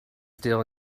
still